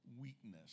weakness